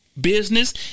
Business